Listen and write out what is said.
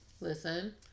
listen